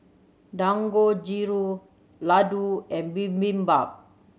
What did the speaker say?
Dangojiru Ladoo and Bibimbap